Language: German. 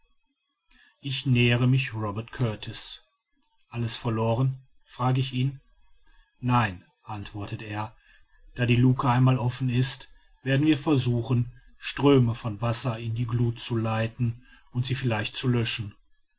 ich nähere mich robert kurtis alles verloren frage ich ihn nein antwortet er da die luke einmal offen ist werden wir versuchen ströme von wasser in die gluth zu leiten und sie vielleicht zu löschen